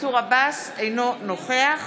אינו נוכח